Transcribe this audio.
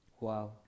Wow